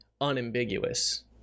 unambiguous